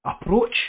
approach